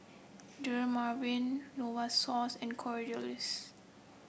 Dermaveen Novosource and Kordel's